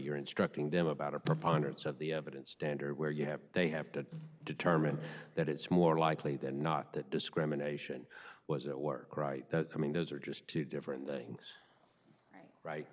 you're instructing them about a preponderance of the evidence standard where you have they have to determine that it's more likely than not that discrimination was at work right i mean those are just two different things right